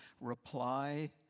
reply